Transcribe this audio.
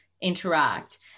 interact